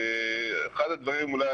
אחד הדברים אולי,